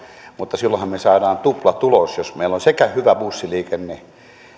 mutta silloinhan me saamme tuplatuloksen jos meillä sekä on hyvä bussiliikenne